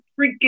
freaking